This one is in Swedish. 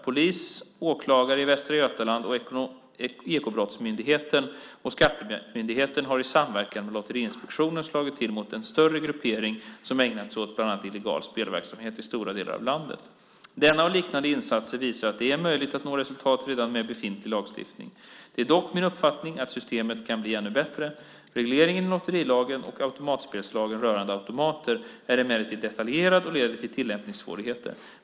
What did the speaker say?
Polis, åklagare i Västra Götaland, Ekobrottsmyndigheten och skattemyndigheten har i samverkan med Lotteriinspektionen slagit till mot en större gruppering som ägnat sig åt bland annat illegal spelverksamhet i stora delar av landet. Denna och liknande insatser visar att det är möjligt att nå resultat redan med befintlig lagstiftning. Det är dock min uppfattning att systemet kan bli ännu bättre. Regleringen i lotterilagen och automatspelslagen rörande automater är emellertid detaljerad och leder till tillämpningssvårigheter.